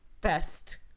best